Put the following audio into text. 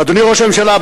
אדוני ראש הממשלה,